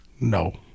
No